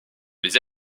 les